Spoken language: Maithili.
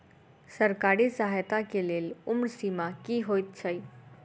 सरकारी सहायता केँ लेल उम्र सीमा की हएत छई?